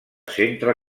centre